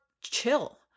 chill